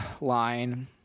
line